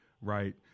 Right